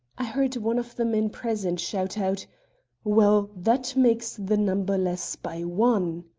i heard one of the men present shout out well, that makes the number less by one!